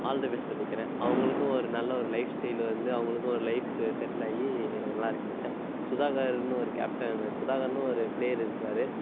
all the best சொல்லிக்கிறேன் அவங்களுக்கும் ஒரு நல்ல ஒரு லைஃப் ஸ்டைலு வந்து அவங்களுக்கும் ஒரு லைஃபு செட்டில் ஆகி நல்லா இருக்காங்க சுதாகர்னு ஒரு கேப்டன் சுதாகர்னு ஒரு பிளேயர் இருக்கார்